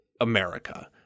America